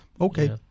okay